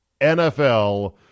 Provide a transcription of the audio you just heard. NFL